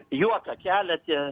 juoką kelia tie